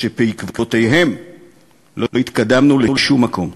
אשר בעקבותיהם לא התקדמנו לשום מקום,